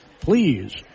please